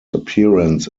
appearance